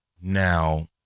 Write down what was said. Now